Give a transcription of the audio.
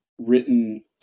written